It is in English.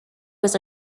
was